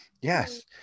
yes